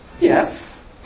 Yes